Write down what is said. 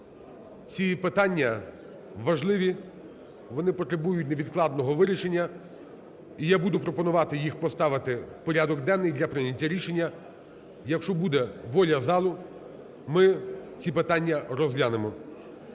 Ці питання важливі, вони потребують невідкладного вирішення, і я буду пропонувати їх поставити в порядок денний для прийняття рішення. Якщо буде воля залу, ми ці питання розглянемо.